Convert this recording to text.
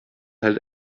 halt